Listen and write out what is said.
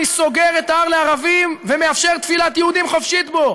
אני סוגר את ההר לערבים ומאפשר תפילת יהודים חופשית בו.